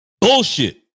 Bullshit